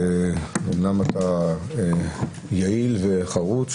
אמנם אתה יעיל וחרוץ,